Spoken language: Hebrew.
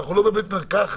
אנחנו לא בבית מרקחת.